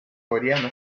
coreano